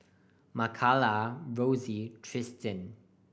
Makala Rosy Tristian